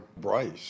Bryce